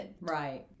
Right